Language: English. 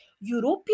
European